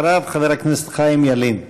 אחריו, חבר הכנסת חיים ילין.